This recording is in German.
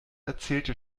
erzählte